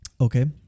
Okay